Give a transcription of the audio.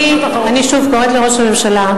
אני שוב קוראת לראש הממשלה,